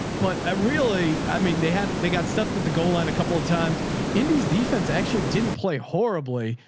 but i really, i mean they had, they got stuff that the goal line, a couple of times in these defense actually didn't play horribly.